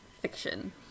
fiction